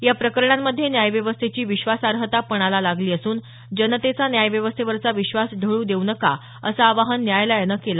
या प्रकरणांमध्ये न्याय व्यवस्थेची विश्वासार्हता पणाला लागली असून जनतेचा न्याय व्यवस्थेवरचा विश्वास ढळू देऊ नका असं आवाहन न्यायालयानं केलं